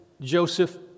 Joseph